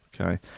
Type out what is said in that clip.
Okay